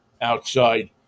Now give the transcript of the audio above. outside